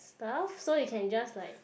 stuff so you can just like